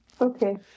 Okay